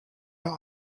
der